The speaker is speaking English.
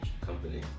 company